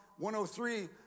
103